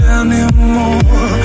anymore